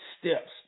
steps